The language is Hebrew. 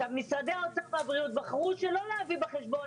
משרדי האוצר והבריאות בחרו שלא להביא בחשבון